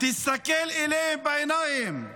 תסתכל להם בעיניים.